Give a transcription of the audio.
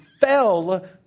fell